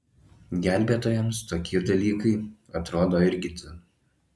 gelbėtojams tokie dalykai atrodo irgi dzin